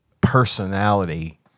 personality